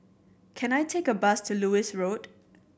can I take a bus to Lewis Road